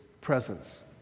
presence